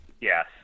Yes